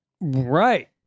Right